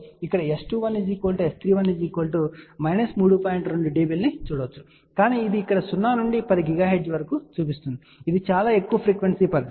2 dB ని చూడవచ్చు కానీ ఇది ఇక్కడ 0 నుండి 10 GHz వరకు చూపిస్తుంది ఇది చాలా ఎక్కువ ఫ్రీక్వెన్సీ పరిధి